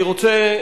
אני רוצה,